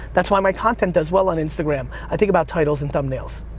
that's why my content does well on instagram. i think about titles and thumbnails.